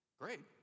Great